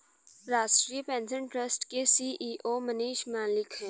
राष्ट्रीय pension trust के CEO Manish Malik है